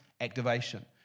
activation